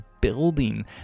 building